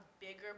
bigger